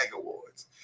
Awards